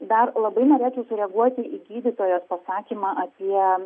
dar labai norėčiau sureaguoti į gydytojos pasakymą apie